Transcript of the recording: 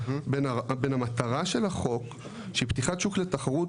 בין המטרה של החוק שהיא פתיחת שוק לתחרות,